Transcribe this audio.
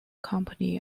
company